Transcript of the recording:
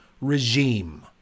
regime